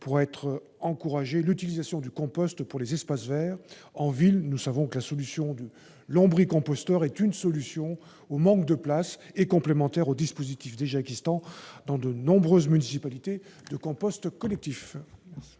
pourra être encouragée l'utilisation du compost pour les espaces verts. En ville, le lombricomposteur est une solution au manque de place et est complémentaire aux dispositifs déjà existants dans de nombreuses municipalités de compost collectif. Quel